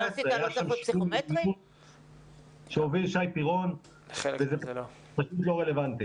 היה שם שינוי שהוביל שי פירון וזה פשוט לא רלוונטי.